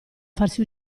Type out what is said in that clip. farsi